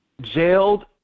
...jailed